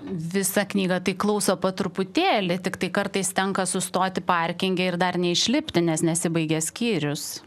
visą knygą tai klauso po truputėlį tiktai kartais tenka sustoti parkinge ir dar neišlipti nes nesibaigė skyrius